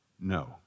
No